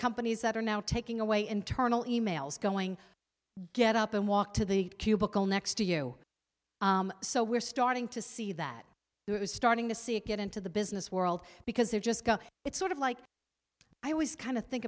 companies that are now taking away internal e mails going get up and walk to the cubicle next to you so we're starting to see that there was starting to see it get into the business world because it just it's sort of like i was kind of think